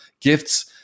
gifts